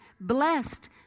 blessed